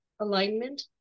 alignment